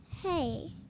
Hey